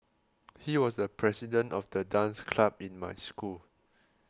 he was the president of the dance club in my school